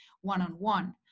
one-on-one